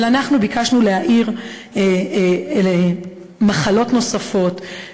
אבל אנחנו ביקשנו להאיר מחלות נוספות,